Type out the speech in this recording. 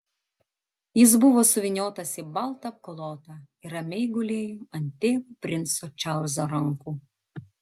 jis buvo suvyniotas į baltą apklotą ir ramiai gulėjo ant tėvo princo čarlzo rankų